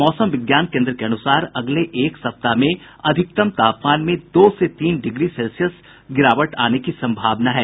मौसम विज्ञान केन्द्र के अनूसार अगले एक सप्ताह में अधिकतम तापमान में दो से तीन डिग्री सेल्सियस गिरावट आने की सम्भावना है